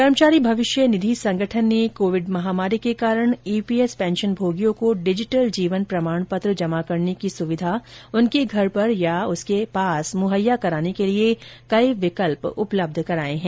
कर्मचारी भविष्य निधि संगठन ने कोविड महामारी के कारण ईपीएस पेंशनभोगियों को डिजिटल जीवन प्रमाणपत्र जमा करने की सुविधा उनके घर पर या उसके पास मुहैया कराने के लिए कई विकल्प उपलब्ध कराएं हैं